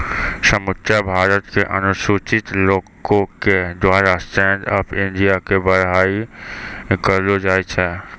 समुच्चा भारत के अनुसूचित लोको के द्वारा स्टैंड अप इंडिया के बड़ाई करलो जाय छै